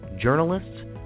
journalists